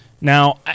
now